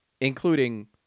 including